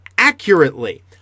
accurately